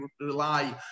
rely